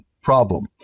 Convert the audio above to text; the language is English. problem